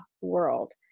world